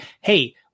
Hey